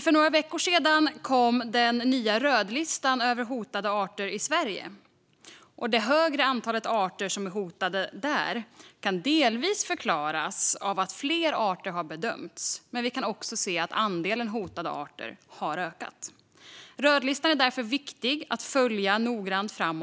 För några veckor sedan kom den nya rödlistan över hotade arter i Sverige. Det större antalet arter som är hotade där kan delvis förklaras av att fler arter har bedömts, men vi kan också se att andelen hotade arter har ökat. Rödlistan är därför viktig att följa noggrant framöver.